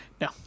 No